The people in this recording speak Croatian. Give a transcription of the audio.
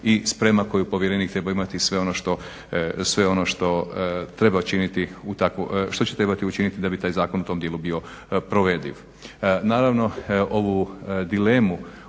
i sprema koju povjerenik treba imati i sve ono što treba činiti u tako, što će trebati učiniti da bi taj zakon u tom dijelu bio provediv.